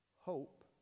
hope